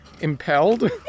Impelled